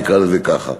נקרא לזה ככה.